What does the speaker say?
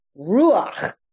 ruach